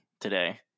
today